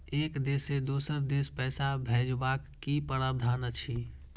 एक देश से दोसर देश पैसा भैजबाक कि प्रावधान अछि??